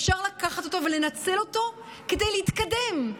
אפשר לקחת אותו ולנצל אותו כדי להתקדם,